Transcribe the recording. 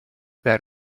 that